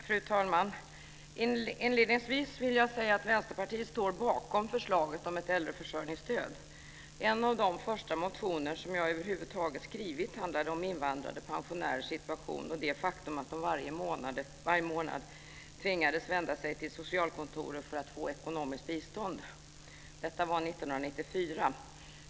Fru talman! Inledningsvis vill jag säga att Vänsterpartiet står bakom förslaget om ett äldreförsörjningsstöd. En av de första motioner som jag över huvud taget skrivit handlade om invandrade pensionärers situation och det faktum att de varje månad tvingades vända sig till socialkontoret för att få ekonomiskt bistånd. Detta var 1994.